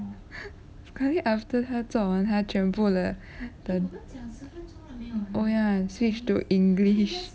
sekali after 他做完他全部的的 oh ya switched to english